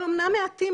הם אמנם מעטים,